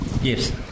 Yes